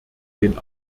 den